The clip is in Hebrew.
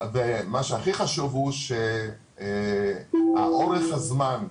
ומה שהכי חשוב הוא שעודף הזמן,